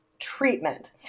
treatment